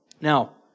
Now